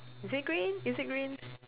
is it green is it green